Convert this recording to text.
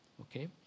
Okay